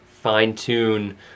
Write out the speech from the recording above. fine-tune